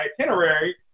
itinerary